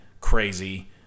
crazy